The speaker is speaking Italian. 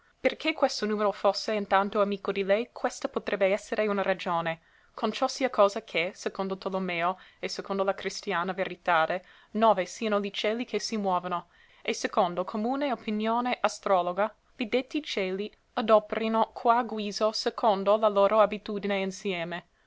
perché questo numero fosse in tanto amico di lei questa potrebbe essere una ragione con ciò sia cosa che secondo tolomeo e secondo la cristiana veritade nove siano li cieli che si muovono e secondo comune opinione astrologa li detti cieli adoperino qua giuso secondo la loro abitudine insieme